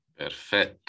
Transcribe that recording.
Perfetto